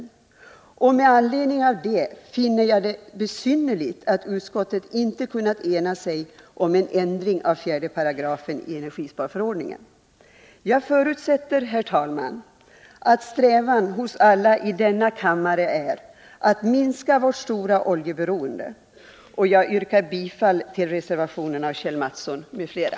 Mot den bakgrunden finner jag det besynnerligt att utskottet inte kunnat ena sig om en ändring av 4 § energisparförordningen. Jag förutsätter, herr talman, att strävan hos alla i denna kammare är att minska vårt stora oljeberoende. Jag yrkar bifall till reservationen av Kjell Mattsson m.fl.